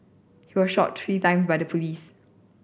he was shot three time by the police